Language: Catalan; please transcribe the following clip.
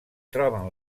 troben